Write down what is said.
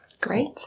Great